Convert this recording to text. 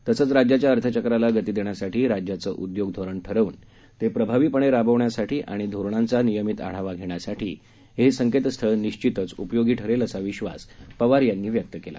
तसंच राज्याच्या अर्थचक्राला गती देण्यासाठी राज्याचं उद्योग धोरण ठरवून ते प्रभावीपणे राबवण्यासाठी आणि धोरणांचा नियमित आढावा घेण्यासाठी हे संकेतस्थळ निश्चितच उपयोगी ठरेल असा विश्वास पवार यांनी यावेळी व्यक्त केला